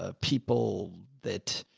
ah people that.